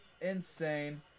insane